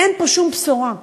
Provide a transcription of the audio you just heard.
אין פה שום בשורה,